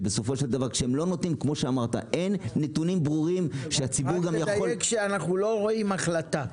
כשאין נתונים ברורים שהציבור -- אנחנו עוד לא רואים החלטה.